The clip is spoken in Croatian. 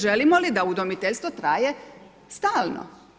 Želimo li da udomiteljstvo traje stalno?